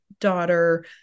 daughter